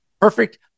perfect